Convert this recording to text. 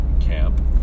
camp